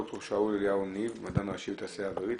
ד"ר שאול אליהו ניב, מדען ראשי בתעשייה האווירית.